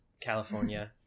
california